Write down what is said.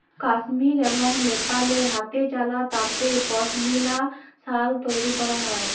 কাশ্মীর এবং লেপালে হাতেচালা তাঁতে পশমিলা সাল তৈরি ক্যরা হ্যয়